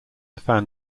fan